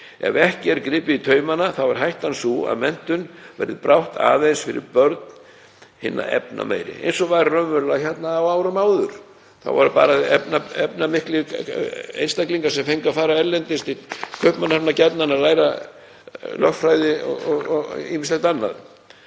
Ef ekki er gripið í taumana þá er hættan sú að menntun verði brátt aðeins fyrir börn hinna efnameiri, eins og var raunverulega á árum áður. Þá voru það bara efnamiklir einstaklingar sem fengu að fara út til náms, gjarnan til Kaupmannahafnar, að læra lögfræði og ýmislegt annað.